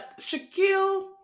Shaquille